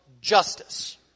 justice